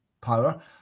power